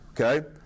okay